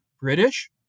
British